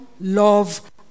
love